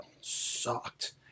sucked